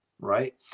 right